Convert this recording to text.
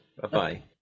Bye-bye